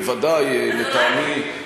בוודאי,